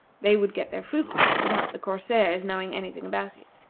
they would get their fruit back without the corsairs knowing any thing about it.